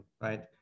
right